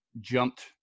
jumped